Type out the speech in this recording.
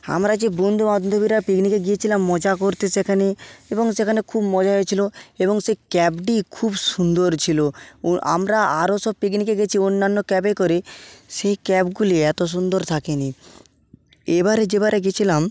আমরা যে বন্ধু বান্ধবীরা পিকনিকে গিয়েছিলাম মজা করতে সেখানে এবং সেখানে খুব মজা হয়েছিল এবং সেই ক্যাবটি খুব সুন্দর ছিল ও আমরা আরও সব পিকনিকে গিয়েছি অন্যান্য ক্যাবে করে সেই ক্যাবগুলি এত সুন্দর থাকেনি এবারে যেবারে গিয়েছিলাম